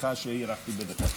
סליחה שהארכתי בדקה.